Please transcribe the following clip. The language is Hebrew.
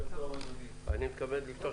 אני מתכבד לפתוח את